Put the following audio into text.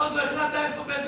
לא, חבר הכנסת אלעזר שטרן.